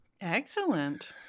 Excellent